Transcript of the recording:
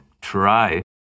try